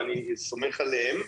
ואני סומך עליהם,